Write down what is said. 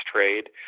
trade